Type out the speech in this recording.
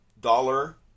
dollar